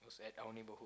at our neighbourhood